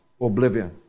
oblivion